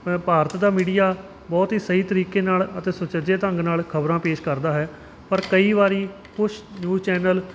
ਮੈ ਭਾਰਤ ਦਾ ਮੀਡੀਆ ਬਹੁਤ ਹੀ ਸਹੀ ਤਰੀਕੇ ਨਾਲ ਅਤੇ ਸੁਚੱਜੇ ਢੰਗ ਨਾਲ ਖ਼ਬਰਾਂ ਪੇਸ਼ ਕਰਦਾ ਹੈ ਪਰ ਕਈ ਵਾਰ ਕੁਛ ਨਿਊਜ਼ ਚੈਨਲ